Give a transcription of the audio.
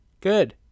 Good